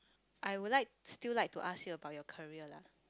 I would like still like to ask you about your career lah